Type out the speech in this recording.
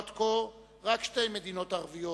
עד כה רק שתי מדינות ערביות,